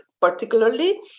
particularly